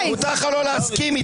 מותר לך לא להסכים.